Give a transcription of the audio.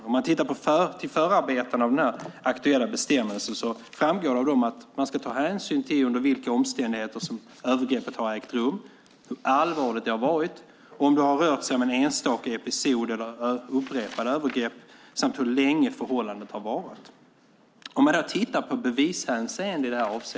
Det framgår av förarbetena till den aktuella bestämmelsen att man ska ta hänsyn till under vilka omständigheter som övergreppet har ägt rum, hur allvarligt det har varit, om det har rört sig om en enstaka episod eller upprepade övergrepp samt hur länge förhållandet har varat. Den centrala frågan är bevishänseendet.